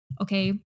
okay